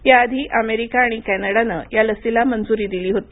याआधी अमेरिका आणि कॅनडानं या लसीला मंजुरी दिली होती